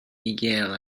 miguel